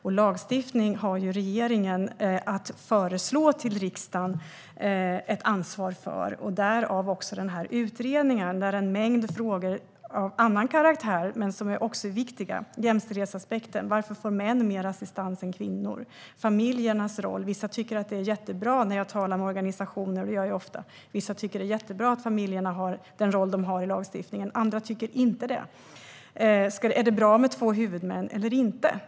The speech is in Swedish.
Och regeringen har ju ett ansvar för att föreslå lagstiftning för riksdagen. Av den anledningen görs den här utredningen. Där är det en mängd frågor av annan karaktär men som också är viktiga. Det handlar om jämställdhetsaspekten. Varför får män mer assistans än kvinnor? Det handlar om familjernas roll. När jag talar med organisationer - det gör jag ofta - tycker vissa att det är jättebra att familjerna har den roll de har i lagstiftningen. Andra tycker inte det. Är det bra med två huvudmän eller inte?